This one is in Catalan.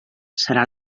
serà